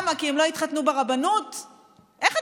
למה, כי הם לא התחתנו ברבנות?